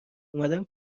اومدن